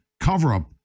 cover-up